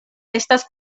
estas